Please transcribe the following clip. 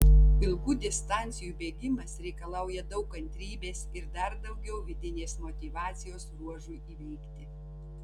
ilgų distancijų bėgimas reikalauja daug kantrybės ir dar daugiau vidinės motyvacijos ruožui įveikti